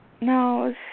No